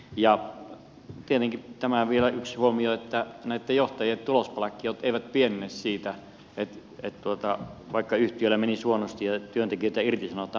tietenkin tähän vielä yksi huomio että näitten johtajien tulospalkkiot eivät pienene siitä vaikka yhtiöllä menisi huonosti ja työntekijöitä irtisanotaan